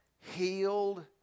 healed